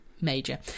major